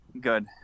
Good